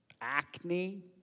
acne